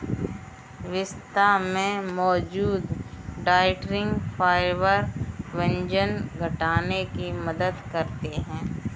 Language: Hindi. पिस्ता में मौजूद डायट्री फाइबर वजन घटाने में मदद करते है